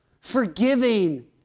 forgiving